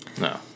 No